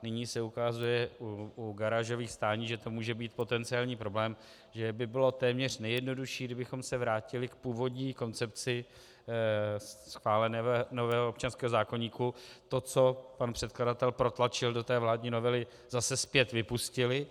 Nyní se ukazuje u garážových stání, že to může být potenciální problém, že by bylo téměř nejjednodušší, kdybychom se vrátili k původní koncepci schválené novely občanského zákoníku, to, co pan předkladatel protlačil do vládní novely, zase zpět vypustili.